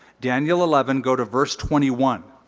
daniel eleven, go to verse twenty one.